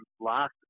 last